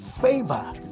favor